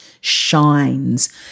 shines